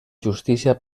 justícia